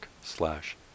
slash